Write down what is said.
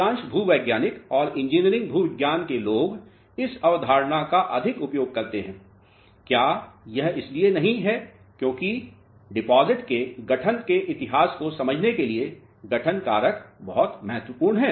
अधिकांश भूवैज्ञानिक और इंजीनियरिंग भूविज्ञान के लोग इस अवधारणा का अधिक उपयोग करते हैं क्या यह इसलिए नहीं है क्यूंकि जमा के गठन के इतिहास को समझने के लिए गठन कारक बहुत महत्वपूर्ण है